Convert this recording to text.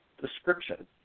description